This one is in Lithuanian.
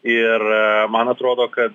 ir man atrodo kad